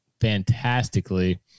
fantastically